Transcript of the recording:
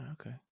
okay